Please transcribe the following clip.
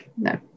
no